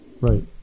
Right